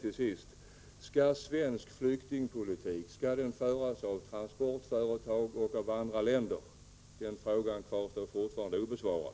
Till sist: Skall svensk flyktingpolitik föras av transportföretag och av andra länder? Den frågan kvarstår fortfarande obesvarad.